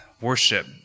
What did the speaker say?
worship